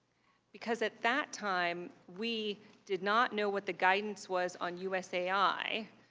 because, at that time, we did not know what the guidance was on usa i,